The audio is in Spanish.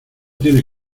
tienes